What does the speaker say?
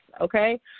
Okay